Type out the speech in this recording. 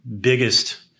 biggest